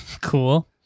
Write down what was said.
Cool